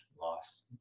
loss